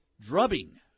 drubbing